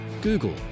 Google